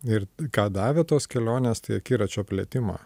ir ką davė tos kelionės tai akiračio plėtimą